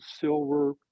silver